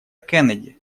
кеннеди